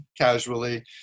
casually